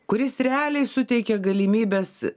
kuris realiai suteikia galimybes